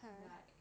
like